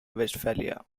westphalia